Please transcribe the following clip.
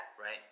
Right